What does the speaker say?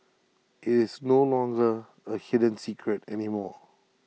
it's no longer A hidden secret anymore